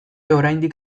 oraindik